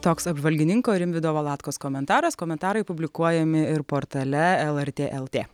toks apžvalgininko rimvydo valatkos komentaras komentarai publikuojami ir portale lrt lt